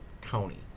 county